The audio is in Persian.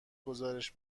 گزارش